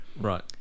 right